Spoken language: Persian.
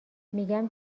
میگم